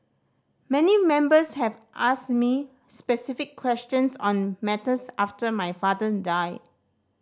many members have asked me specific questions on matters after my father died